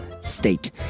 state